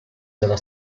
della